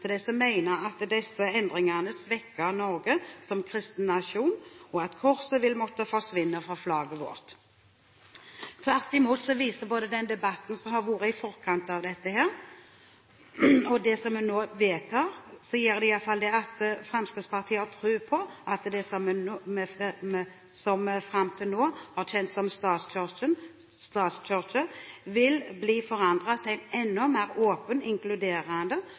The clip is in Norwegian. som mener at disse endringene svekker Norge som kristen nasjon, og at korset vil måtte forsvinne fra flagget vårt. Med den debatten som har vært i forkant av dette, og det vi nå vedtar, har Fremskrittspartiet tvert imot tro på at det vi fram til nå har kjent som statskirken, vil bli forandret til en enda mer åpen, inkluderende,